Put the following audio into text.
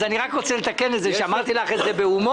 אז אני רק רוצה לתקן ולומר שאמרתי לך את זה בהומור.